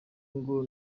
ngo